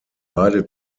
beide